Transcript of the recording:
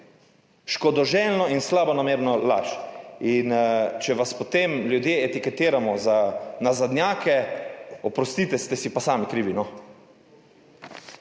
škodoželjno in slabonamerno laž. Če vas potem ljudje etiketirajo za nazadnjake, oprostite, ste si pa sami krivi,